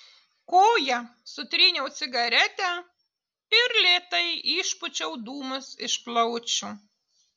koja sutryniau cigaretę ir lėtai išpūčiau dūmus iš plaučių